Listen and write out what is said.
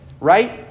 right